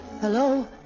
Hello